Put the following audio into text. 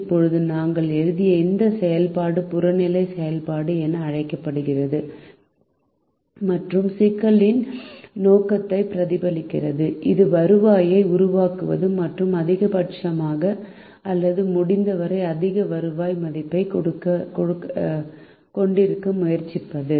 இப்போது நாங்கள் எழுதிய இந்த செயல்பாடு புறநிலை செயல்பாடு என்று அழைக்கப்படுகிறது மற்றும் சிக்கலின் நோக்கத்தை பிரதிபலிக்கிறது இது வருவாயை உருவாக்குவது மற்றும் அதிகபட்சமாக அல்லது முடிந்தவரை அதிக வருவாய் மதிப்பைக் கொண்டிருக்க முயற்சிப்பது